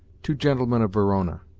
two gentlemen of verona,